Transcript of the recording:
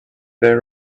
there